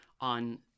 on